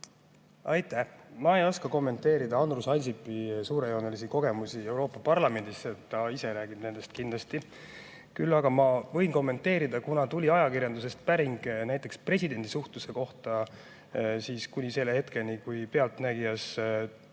Aitäh! Ma ei oska kommenteerida Andrus Ansipi suurejoonelisi kogemusi Euroopa Parlamendis, ta ise räägib nendest kindlasti. Küll aga võin kommenteerida, kuna tuli ajakirjandusest päring presidendi suhtluse kohta kuni selle hetkeni, kui "Pealtnägijas"